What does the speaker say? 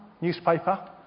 newspaper